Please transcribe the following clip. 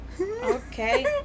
okay